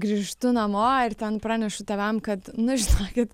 grįžtu namo ir ten pranešu tėvam kad nu žinokit